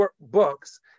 books